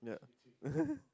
yeah